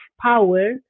power